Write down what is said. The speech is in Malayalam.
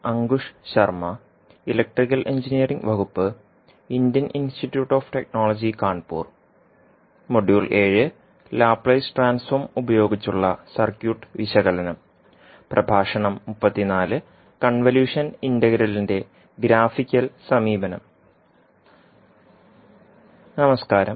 നമസ്കാരം